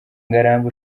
ngarambe